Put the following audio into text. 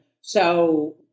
So-